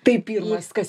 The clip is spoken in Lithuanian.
tai pirmas kas